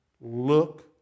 Look